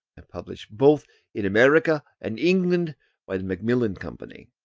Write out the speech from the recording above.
and published both in america and england by the macmillan company.